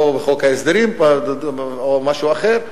פה בחוק ההסדרים או משהו אחר,